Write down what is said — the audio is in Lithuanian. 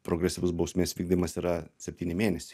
progresyvus bausmės vykdymas yra septyni mėnesiai